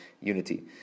unity